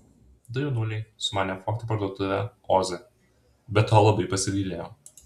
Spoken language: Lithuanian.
du jaunuoliai sumanė apvogti parduotuvę oze bet to labai pasigailėjo